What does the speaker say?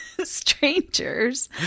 strangers